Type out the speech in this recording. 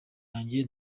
yanjye